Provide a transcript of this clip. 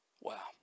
Wow